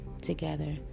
together